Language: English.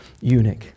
eunuch